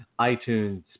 iTunes